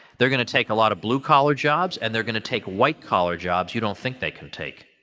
they're gonna take a lot of blue-collar jobs, and they're gonna take white collar jobs you don't think they can take.